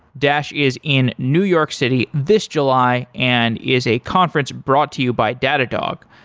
dash is in new york city this july and is a conference brought to you by datadog.